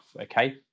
okay